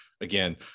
again